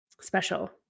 special